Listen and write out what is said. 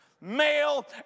male